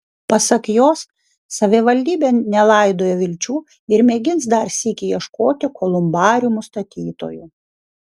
pasak jos savivaldybė nelaidoja vilčių ir mėgins dar sykį ieškoti kolumbariumų statytojų